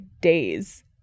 days